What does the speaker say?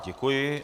Děkuji.